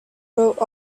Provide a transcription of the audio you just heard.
wrote